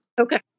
Okay